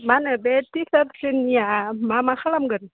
मा होनो बे टिचार्च डेनिया मा मा खालामगोन